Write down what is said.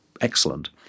excellent